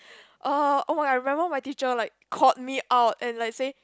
uh oh I remember my teacher like called me out and like say